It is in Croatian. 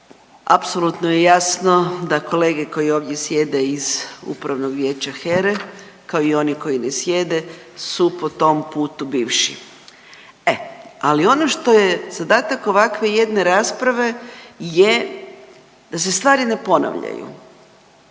Apsolutno je jasno da kolege koji ovdje sjede iz Upravnog vijeća HERA-e, kao i oni koji ne sjede su po tom putu bivši. E ali ono što je zadatak ovakve jedne rasprave je da se stvari ne ponavljaju.